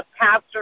pastor